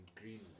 green